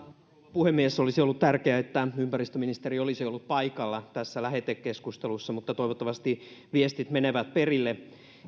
puhemies olisi ollut tärkeää että ympäristöministeri olisi ollut paikalla tässä lähetekeskustelussa mutta toivottavasti viestit menevät perille